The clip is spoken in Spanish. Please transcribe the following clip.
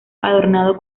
adornado